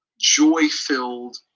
Joy-filled